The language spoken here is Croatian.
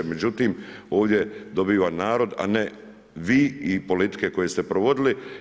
Međutim, ovdje dobiva narod, a ne vi i politike koje ste provodili.